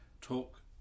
talk